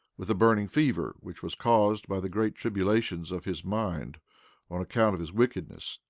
with a burning fever, which was caused by the great tribulations of his mind on account of his wickedness,